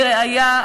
לראיה,